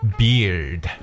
beard